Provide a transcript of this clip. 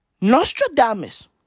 Nostradamus